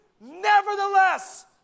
nevertheless